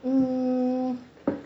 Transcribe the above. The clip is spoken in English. mm